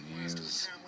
use